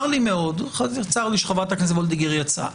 צר לי שחברת הכנסת וולדיגר יצאה.